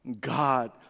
God